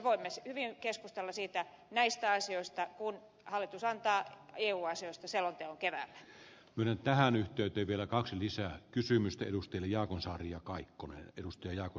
voimme hyvin keskustella näistä asioista kun hallitus antaa eu asioista selonteon kerää mennyt tähän yhteyteen vielä kaksi lisää kysymistä edusti jaakonsaari ja kaikkonen edusti keväällä